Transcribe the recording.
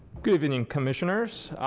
good evening, commissioners.